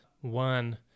one